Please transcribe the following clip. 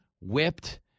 whipped